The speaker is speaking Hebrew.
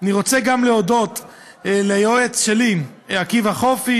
אני רוצה להודות גם ליועץ שלי עקיבא חופי